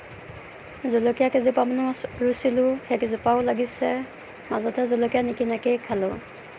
জলকীয়া কেইজোপামানো ৰুইছিলোঁ সেই দুজোপাও লাগিছে মাজতে জলকীয়া নিকিনাকেই খালোঁ